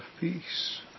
peace